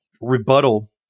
rebuttal